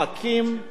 ואני בדקתי,